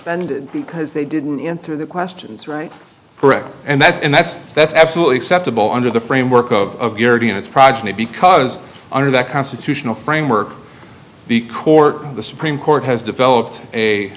suspended because they didn't answer the questions right correct and that's and that's that's absolutely except a ball under the framework of the and it's progeny because under that constitutional framework the court the supreme court has developed a